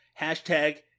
Hashtag